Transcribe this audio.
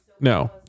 No